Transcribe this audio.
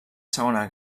segona